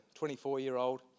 24-year-old